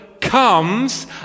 comes